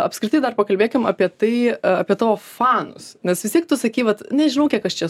apskritai dar pakalbėkim apie tai apie tavo fanus nes vis tiek tu sakei vat nežinau kiek aš čia